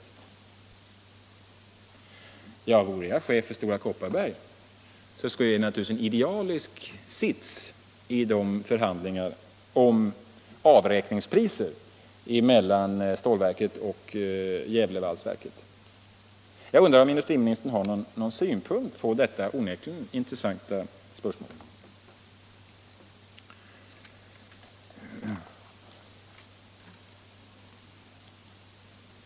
Om jag vore chef för Stora Kopparberg skulle jag anse att jag hade en idealisk sits i förhandlingar om avräkningspriser mellan Stålverket och Gävlevalsverket. Jag undrar om industriministern har någon synpunkt på detta onekligen intressanta spörsmål.